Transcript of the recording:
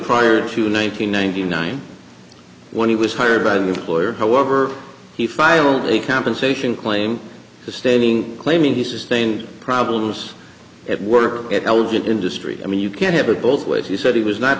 prior to nine hundred ninety nine when he was hired by the employer however he filed a compensation claim stating claiming he sustained problems at work at elgin industry i mean you can't have it both ways he said he was not